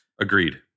Agreed